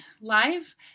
live